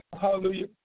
Hallelujah